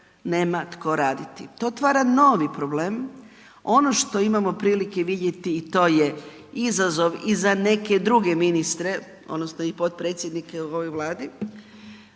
nema tko raditi. To otvara novi problem, ono što imamo prilike vidjeti i to je izazov i za neke druge ministre, odnosno i potpredsjednike u ovoj Vladi.